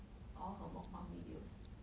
all her mukbang videos